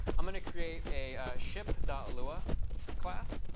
i'm going to create a ship lua class.